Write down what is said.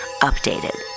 Updated